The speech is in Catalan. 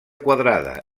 quadrada